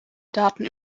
daten